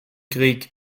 krieg